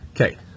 Okay